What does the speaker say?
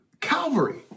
Calvary